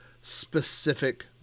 specific